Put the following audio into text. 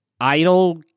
idle